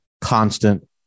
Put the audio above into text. constant